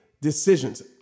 decisions